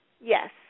Yes